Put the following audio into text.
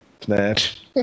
Snatch